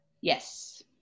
Yes